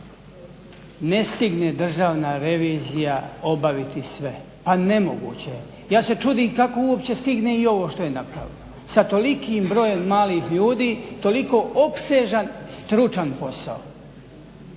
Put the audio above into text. ne stigne državna revizija obaviti sve a nemoguće je. Ja se čudim kako uopće stigne i ovo što je napravila sa tolikim brojem malih ljudi, toliko opsežan stručan posao,